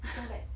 !hais!